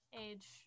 age